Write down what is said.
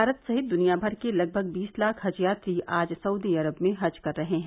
भारत सहित दुनियामर के लगभग बीस लाख हज यात्री आज सउदी अरब में हज कर रहे हैं